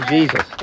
Jesus